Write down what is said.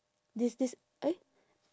this this eh